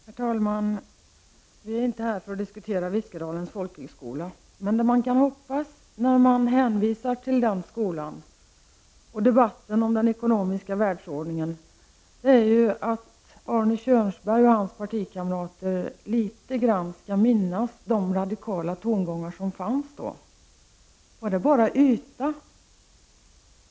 Herr talman! Vi är inte här för att diskutera Viskadalens folkhögskola. Men det man kan hoppas, när man hänvisar till den skolan då den ekonomiska världsordningen debatteras, är att Arne Kjörnsberg och hans partikamrater skall minnas något av de radikala tongångar som fanns. Var det bara en yta?